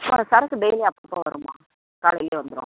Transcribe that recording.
ஆ சரக்கு டெய்லி அப்பப்போ வரும்மா காலையில் வந்துரும்